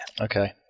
Okay